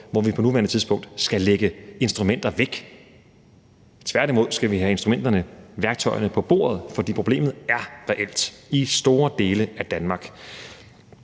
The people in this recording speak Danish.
hvor vi på nuværende tidspunkt skal lægge instrumenter væk. Tværtimod skal vi have instrumenterne, værktøjerne, på bordet, fordi problemet er reelt i store dele af Danmark.